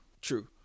true